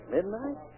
Midnight